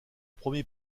premier